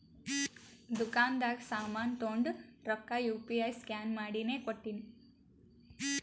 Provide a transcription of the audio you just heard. ದುಕಾಂದಾಗ್ ಸಾಮಾನ್ ತೊಂಡು ರೊಕ್ಕಾ ಯು ಪಿ ಐ ಸ್ಕ್ಯಾನ್ ಮಾಡಿನೇ ಕೊಟ್ಟಿನಿ